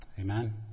Amen